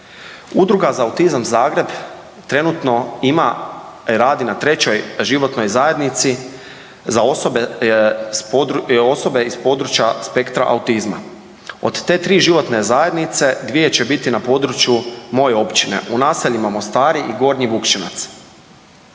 Udruga za autizam Zagreb trenutno ima, radi na trećoj životnoj zajednici za osobe iz područja, osobe iz područja spektra autizma. Od te tri životne zajednice 2 će biti na području moje općine u naseljima Mostari i Gornji Vukševac.